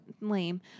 lame